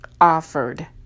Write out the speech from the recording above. offered